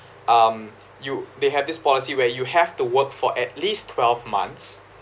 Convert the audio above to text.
um you they had this policy where you have to work for at least twelve months